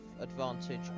advantage